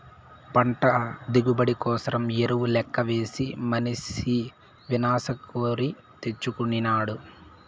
పంట దిగుబడి కోసరం ఎరువు లెక్కవేసి మనిసి వినాశం కోరి తెచ్చుకొనినాడు